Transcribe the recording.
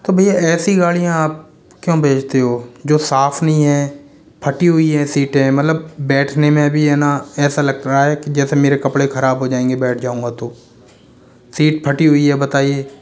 तो भैया ऐसी गाड़ियाँ आप क्यों भेजते हो जो साफ नहीं है फटी हुई हैं सीटें मतलब बैठने में भी हैं न ऐसा लग रहा है कि जैसे मेरे कपड़े ख़राब हो जाएँगे बैठ जाऊँगा तो सीट फटी हुई है बताइए